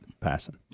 passing